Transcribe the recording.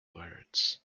words